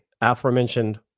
aforementioned